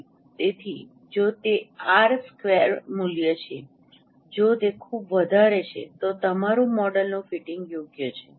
તેથી જો તે આર સ્ક્વેર મૂલ્ય છે જો તે ખૂબ વધારે છે તો તમારું મોડલનું ફિટ યોગ્ય છે